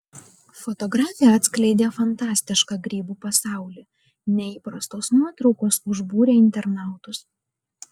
fotografė atskleidė fantastišką grybų pasaulį neįprastos nuotraukos užbūrė internautus